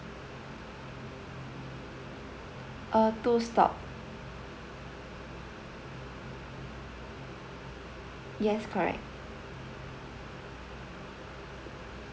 uh two stop yes correct